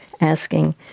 asking